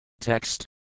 Text